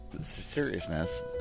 seriousness